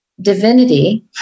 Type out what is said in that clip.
divinity